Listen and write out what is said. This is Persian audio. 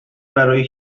برای